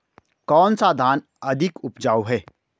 कौन सा धान अधिक उपजाऊ है?